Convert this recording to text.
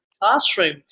classroom